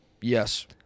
Yes